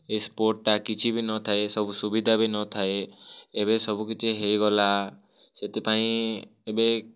ଏଇ ସ୍ପୋଟଟା କିଛି ବି ନଥାଏ ସବୁ ସୁବିଧା ବି ନଥାଏ ଏବେ ସବୁ କିଛି ହେଇଗଲା ସେଥିପାଇଁ ଏବେ